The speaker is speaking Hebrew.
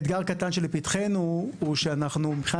אתגר קטן לפתחנו הוא שאנחנו מבחינה